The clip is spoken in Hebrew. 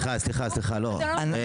סליחה, סליחה, לא.